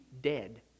dead